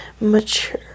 mature